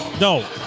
No